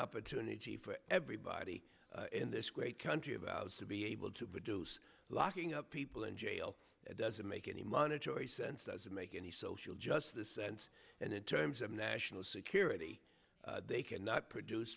opportunity for everybody in this great country of ours to be able to produce locking up people in jail doesn't make any monetary sense doesn't make any social justice sense and in terms of national security they cannot produce